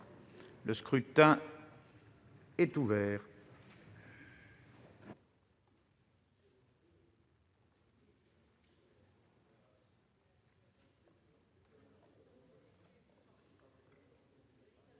Le scrutin est ouvert.